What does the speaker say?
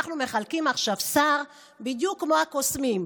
אנחנו מחלקים עכשיו שר בדיוק כמו הקוסמים,